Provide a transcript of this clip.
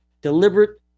deliberate